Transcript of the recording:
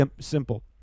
simple